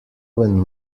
when